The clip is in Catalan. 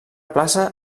plaça